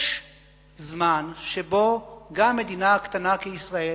יש זמן שבו גם מדינה קטנה כישראל